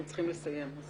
אנחנו צריכים לסיים.